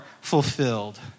fulfilled